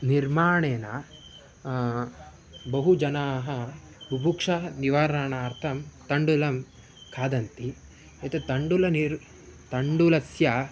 निर्माणेन बहु जनाः बुभुक्षायाः निवारणार्थं तण्डुलं खादन्ति एतत्तण्डुलस्य निर् तण्डुलस्य